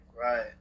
right